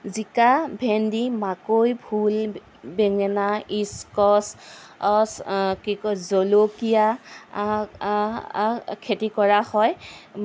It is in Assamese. জিকা ভেন্দি মাকৈ ভোল বেঙেনা স্কোৱাছ কি কয় জলকীয়া খেতি কৰা হয়